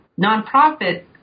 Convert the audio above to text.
nonprofit